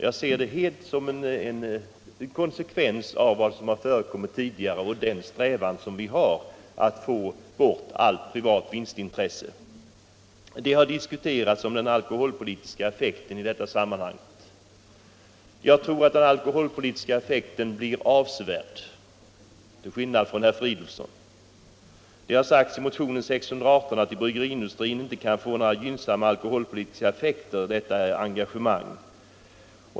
Jag ser detta köp helt som en konsekvens av vår strävan att få bort allt privat vinstintresse. Den alkoholpolitiska effekten har diskuterats i detta sammanhang. Jag tror till skillnad från herr Fridolfsson att den alkoholpolitiska effekten blir avsevärd. I motionen 618 sägs att statens föreslagna engagemang i bryggerinäringen inte kan få och ej ens avses få några gynnsamma alkoholpolitiska effekter.